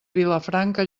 vilafranca